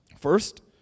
first